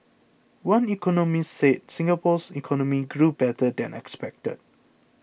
one economist said Singapore's economy grew better than expected